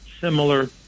similar